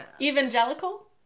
evangelical